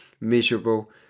miserable